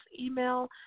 email